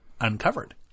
uncovered